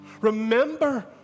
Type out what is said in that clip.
Remember